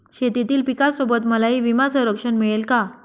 शेतीतील पिकासोबत मलाही विमा संरक्षण मिळेल का?